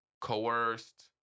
coerced